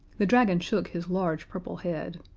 the dragon shook his large purple head.